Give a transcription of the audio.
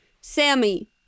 Sammy